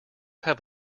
have